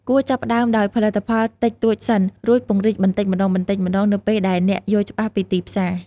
គួរចាប់ផ្ដើមដោយផលិតផលតិចតួចសិន រួចពង្រីកបន្តិចម្ដងៗនៅពេលដែលអ្នកយល់ច្បាស់ពីទីផ្សារ។